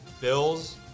bills